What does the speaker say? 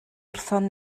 wrthon